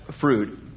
fruit